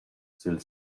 sül